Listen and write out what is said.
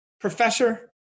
Professor